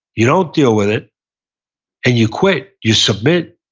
you don't deal with it and you quit, you submit,